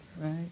right